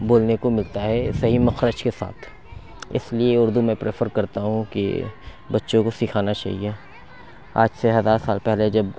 بولنے کو ملتا ہے صحیح مخرج کے ساتھ اِس لیے اُردو میں پریفر کرتا ہوں کہ بچوں کو سکھانا چاہیے آج سے ہزار سال پہلے جب